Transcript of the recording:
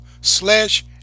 slash